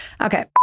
Okay